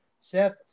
Seth